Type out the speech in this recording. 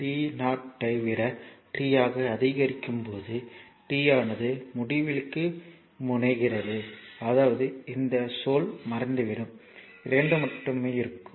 t 0 ஐ விட t ஆக அதிகரிக்கும் போது t ஆனது முடிவிலிக்கு முனைகிறது அதாவது இந்த சொல் மறைந்துவிடும் 2 மட்டுமே இருக்கும்